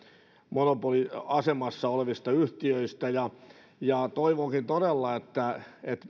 monopoliasemassa olevista yhtiöistä toivonkin todella että